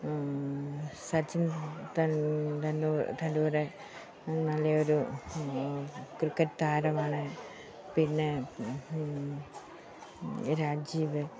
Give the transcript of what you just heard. സച്ചിൻ ടെൻഡു ടെൻഡുരാൻ നല്ലയൊരു ക്രിക്കറ്റ് താരമാണ് പിന്നെ രാജീവ്